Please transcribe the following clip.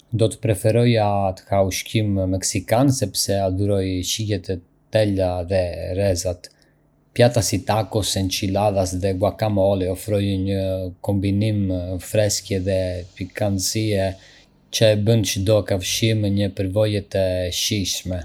Do të preferoja të ha ushqim meksikan sepse adhuroj shijet e thella dhe erëzat. Pjata si tacos, enchiladas dhe guacamole ofrojnë një kombinim freskie dhe pikantësie që e bën çdo kafshim një përvojë të shijshme.